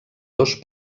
dos